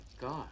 God